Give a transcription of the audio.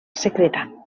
secreta